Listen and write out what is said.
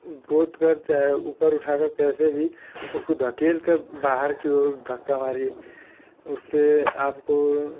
गोतकर चाहे ऊपर उठाकर कैसे भी उसको ढकेलकर बाहर की ओर धक्का मारिए उससे आपको